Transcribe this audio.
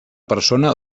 persona